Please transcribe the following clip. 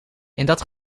dat